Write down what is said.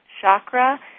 chakra